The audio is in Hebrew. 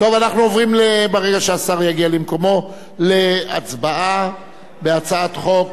ברגע שהשר יגיע למקומו אנחנו עוברים להצבעה על הצעת חוק